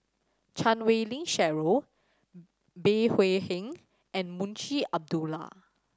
Chan Wei Ling Cheryl Bey Hua Heng and Munshi Abdullah